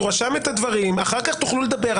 הוא רשם את הדברים, אחר כך תוכלו לדבר.